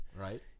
Right